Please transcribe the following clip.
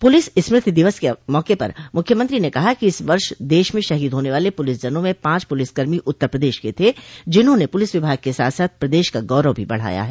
police स्मृति दिवस के मौके पर मुख्यमत्री ने कहा कि इस वर्ष देश में शहीद होने वाले पुलिसजनों में पांच पुलिसकर्मी उत्तर प्रदेश के थे जिन्होंने पुलिस विभाग के साथ साथ प्रदेश का गौरव भी बढ़ाया है